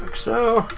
so.